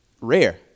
rare